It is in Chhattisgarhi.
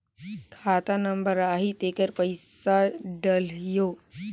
खाता नंबर आही तेकर पइसा डलहीओ?